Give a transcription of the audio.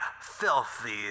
filthy